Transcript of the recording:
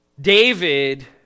David